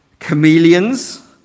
chameleons